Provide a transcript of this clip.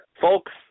Folks